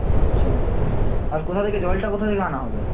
আচ্ছা আর কোথা থেকে জলটা কোথা থেকে আনা হবে